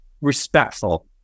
respectful